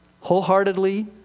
wholeheartedly